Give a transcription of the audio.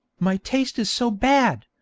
my taste is so bad!